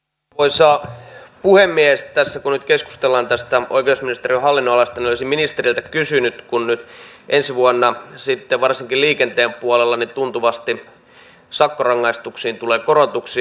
kun tässä nyt keskustellaan oikeusministeriön hallinnonalasta niin olisin ministeriltä kysynyt siitä että ensi vuonna varsinkin liikenteen puolella tuntuvasti sakkorangaistuksiin tulee korotuksia